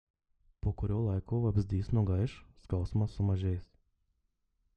po kurio laiko vabzdys nugaiš skausmas sumažės